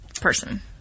person